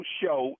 show